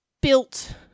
built